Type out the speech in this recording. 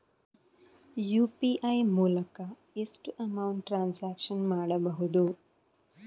UPI ಮೂಲಕ ಎಷ್ಟು amount transaction ಮಾಡಬಹುದು?